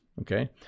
okay